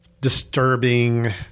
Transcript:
disturbing